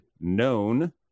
known